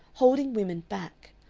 holding women back,